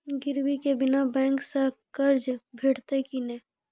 गिरवी के बिना बैंक सऽ कर्ज भेटतै की नै?